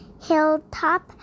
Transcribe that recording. hilltop